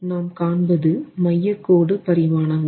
நாம் காண்பது மையக் கோடு பரிமாணங்கள்